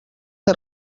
que